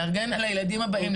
להגן על הילדים הבאים,